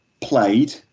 played